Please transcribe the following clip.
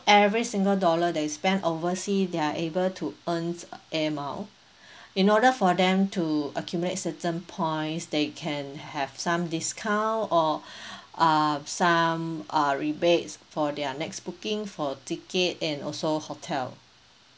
every single dollar they spend oversea they are able to earns air mile in order for them to accumulate certain points they can have some discount or uh some uh rebates for their next booking for ticket and also hotel